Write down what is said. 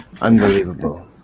unbelievable